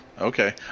okay